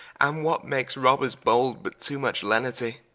and what makes robbers bold, but too much lenity?